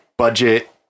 budget